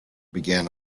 began